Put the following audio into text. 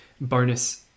bonus